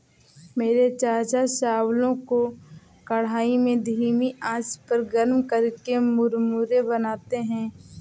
मेरे चाचा चावलों को कढ़ाई में धीमी आंच पर गर्म करके मुरमुरे बनाते हैं